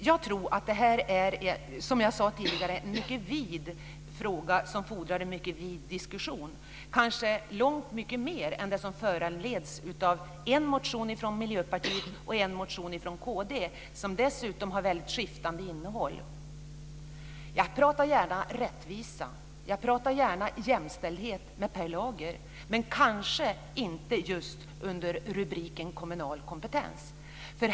Fru talman! Jag tror som jag sade tidigare att det här är en mycket vid fråga som fordrar en mycket vid diskussion, kanske långt vidare än vad som föranleds av en motion från Miljöpartiet och en motion från kd, som dessutom har väldigt skiftande innehåll. Jag pratar gärna rättvisa och jag pratar gärna jämställdhet med Per Lager, men kanske inte just under rubriken Kommunal kompetens.